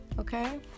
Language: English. okay